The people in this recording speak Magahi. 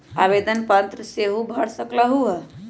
आवेदन पत्र बैंक सेहु भर सकलु ह?